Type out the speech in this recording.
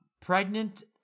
pregnant